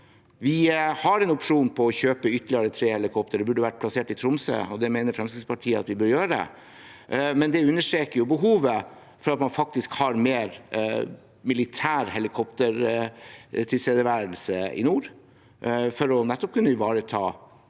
Vi har opsjon på å kjøpe ytterligere tre helikopter. De burde ha vært plassert i Tromsø, og det mener Fremskrittspartiet at vi bør gjøre. Det understreker behovet for at man faktisk har mer militærhelikoptertilstedeværelse i nord, for nettopp å kunne ivareta